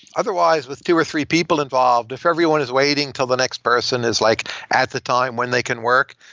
otherwise, with two or three people involved, if everyone is waiting till the next person is like at the time when they can work,